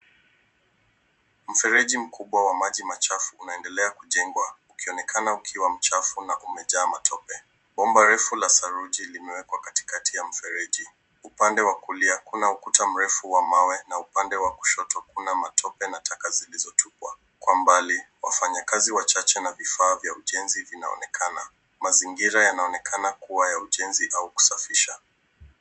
Mfereji mkubwa wa maji machafu unaendelea kujengwa ukionekana ukiwa mchafu na umejaa matope. Bomba refu la saruji limewekwa katikati ya mfereji. Upande wa kulia kuna ukuta mrefu wa mawe na upande wa kushoto kuna matope na taka zilizotupwa. Kwa mbali, wafanyakazi na vifaa vya ujenzi yanaonekana, mazingira yanaonekana kua ya ujenzi au kusafisha.